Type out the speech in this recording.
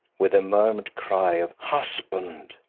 with a murmured cry of husband!